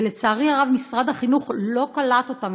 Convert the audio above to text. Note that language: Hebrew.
ולצערי הרב, משרד החינוך לא קלט אותם.